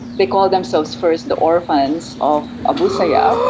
they call themselves first the orphans of abu sayyaf,